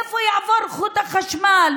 איפה יעבור חוט החשמל.